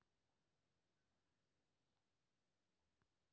Online खाता केना खुलते?